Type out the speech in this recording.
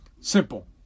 Simple